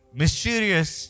mysterious